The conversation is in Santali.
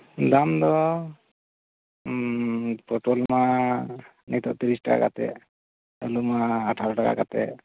ᱫᱟᱢ ᱫᱚ ᱯᱚᱴᱚᱞ ᱢᱟ ᱱᱤᱛᱚᱜ ᱛᱤᱨᱤᱥ ᱴᱟᱠᱟ ᱠᱟᱛᱮᱫ ᱟᱹᱞᱩ ᱟᱴᱷᱟᱨᱚ ᱴᱟᱠᱟ ᱠᱟᱛᱮᱫ